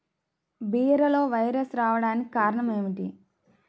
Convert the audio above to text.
బీరలో వైరస్ రావడానికి కారణం ఏమిటి?